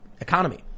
economy